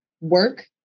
work